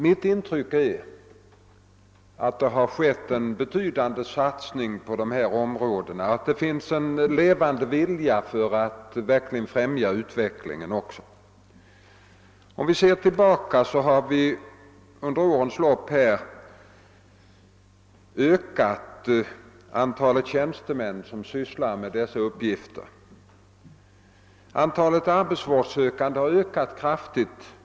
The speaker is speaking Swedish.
Mitt intryck är att det gjorts en betydande satsning på dessa områden och att det finns en levande vilja för att också verkligen främja utvecklingen. Om vi ser tillbaka har vi under årens lopp ökat antalet tjänstemän som sysslar med dessa uppgifter. Det är riktigt att antalet vårdsökande ökat kraftigt.